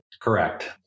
Correct